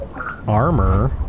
armor